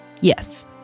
Yes